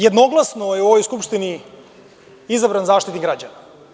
Jednoglasno je u ovoj Skupštini izabran Zaštitnik građana.